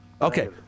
Okay